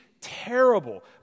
terrible